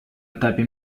этапе